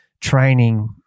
training